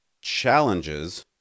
challenges